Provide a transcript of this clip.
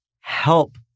help